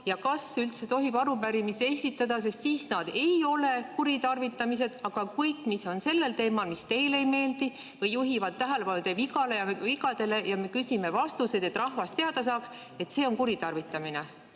ja kas üldse tohib arupärimisi esitada, sest need ei ole kuritarvitamised, aga kõik, mis on sellisel teemal, mis teile ei meeldi või mis juhivad tähelepanu teie vigadele ja me küsime vastuseid, et rahvas teada saaks, on kuritarvitamine.